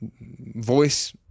voice